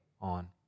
on